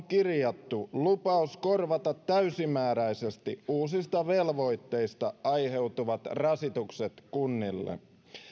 kirjattu lupaus korvata täysimääräisesti uusista velvoitteista aiheutuvat rasitukset kunnille